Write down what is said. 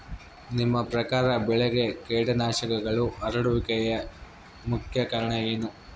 ನಿಮ್ಮ ಪ್ರಕಾರ ಬೆಳೆಗೆ ಕೇಟನಾಶಕಗಳು ಹರಡುವಿಕೆಗೆ ಮುಖ್ಯ ಕಾರಣ ಏನು?